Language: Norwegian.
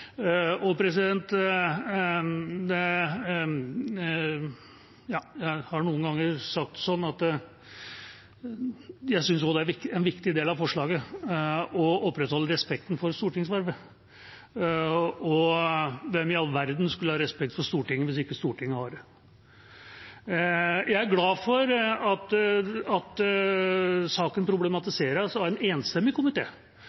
det avgjørende prinsippet. Jeg har noen ganger sagt at jeg også synes det er en viktig del av forslaget å opprettholde respekten for stortingsvervet, og hvem i all verden skulle ha respekt for Stortinget hvis ikke Stortinget har det? Jeg er glad for at saken